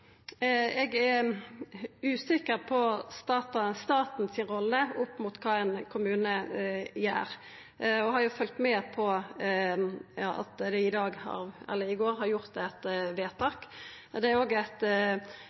eg er usikker på kva rolle staten har opp mot kva ein kommune gjer. Eg har jo følgt med på at ein i går har gjort eit vedtak, og det er